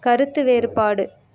கருத்து வேறுபாடு